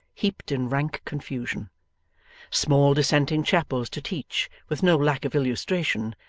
heaped in rank confusion small dissenting chapels to teach, with no lack of illustration,